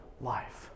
life